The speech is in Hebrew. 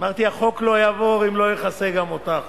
אמרתי: החוק לא יעבור אם לא יכסה גם אותך,